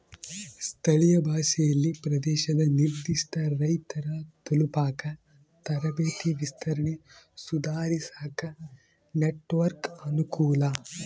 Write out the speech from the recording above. ಸ್ಥಳೀಯ ಭಾಷೆಯಲ್ಲಿ ಪ್ರದೇಶದ ನಿರ್ಧಿಷ್ಟ ರೈತರ ತಲುಪಾಕ ತರಬೇತಿ ವಿಸ್ತರಣೆ ಸುಧಾರಿಸಾಕ ನೆಟ್ವರ್ಕ್ ಅನುಕೂಲ